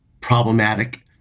problematic